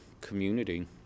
community